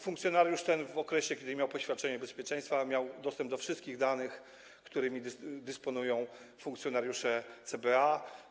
Funkcjonariusz ten w okresie, gdy miał poświadczenie bezpieczeństwa, miał dostęp do wszystkich danych, którymi dysponują funkcjonariusze CBA.